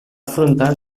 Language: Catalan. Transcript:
frontal